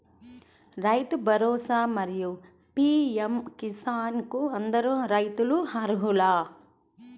రైతు భరోసా, మరియు పీ.ఎం కిసాన్ కు అందరు రైతులు అర్హులా?